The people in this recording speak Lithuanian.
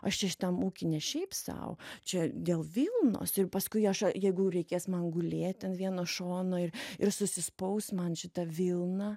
aš čia šitam ūky ne šiaip sau čia dėl vilnos ir paskui aš jeigu reikės man gulėti ant vieno šono ir ir susispaus man šita vilna